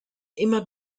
immer